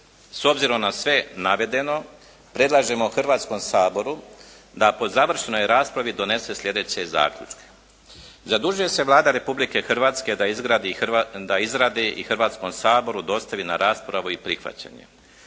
S obzirom na sve navedeno, predlažemo Hrvatskoj saboru da po završenoj raspravi donese slijedeće zaključke. Zadužuje se Vlada Republike Hrvatske da izradi i Hrvatskom saboru dostavi na raspravu i prihvaćanje